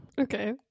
Okay